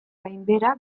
gainbehera